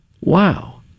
Wow